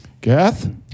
Geth